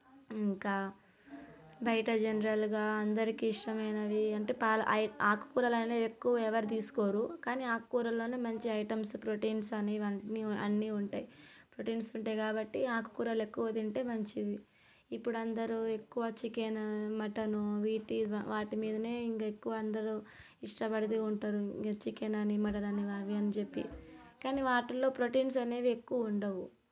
ఇంకా బయట జనరల్గా అందరికీ ఇష్టమైనది అంటే పాల అయ్యే ఆకుకూరలు అనేది ఎక్కువ ఎవరు తీసుకోరు కానీ ఆకుకూరల్లోనే మంచి ఐటమ్స్ ప్రోటీన్స్ అని ఇవన్నీ అన్నీ ఉంటాయి ప్రోటీన్స్ ఉంటాయి కాబట్టి ఆకుకూరలు ఎక్కువ తింటే మంచిది ఇప్పుడు అందరూ ఎక్కువ చికెన్ మటన్ వీటి వాటి మీదనే ఇంకా ఎక్కువ అందరూ ఇష్టపడితూ ఉంటారు ఇలా చికెన్ అని మటన్ అని అవి అని చెప్పి కానీ వాటిల్లో ప్రోటీన్స్ అనేవి ఎక్కువ ఉండవు